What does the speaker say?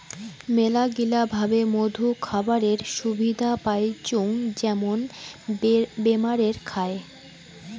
মেলাগিলা ভাবে মধু খাবারের সুবিধা পাইচুঙ যেমন বেমারে খায়